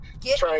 get